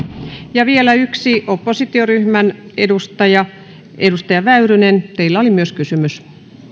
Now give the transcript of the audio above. ja vielä yksi oppositioryhmän edustaja edustaja väyrynen teillä oli myös kysymys